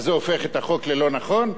אז זה הופך את החוק ללא נכון?